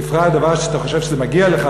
בפרט דבר שאתה חושב שזה מגיע לך,